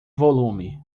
volume